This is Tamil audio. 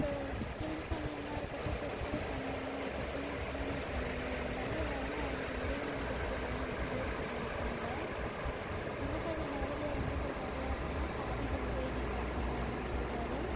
ஸோ ஹிந்து சமயமாக இருக்கட்டும் கிறிஸ்துவ சமயமாக இருக்கட்டும் இஸ்லாமிய சமயமாக இருந்தாலும் எல்லாருமே அவங்களுடைய இறைவனோடு அடிப்படையில் தான் வந்துவிட்டு வேறுபட்டு இருக்காங்க மஹாகவி பாரதியார் என்ன சொல்றார் அப்படின்னா சாதிகள் இல்லையடி பாப்பா அப்படின்னு சொல்றார்